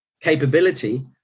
capability